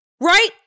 right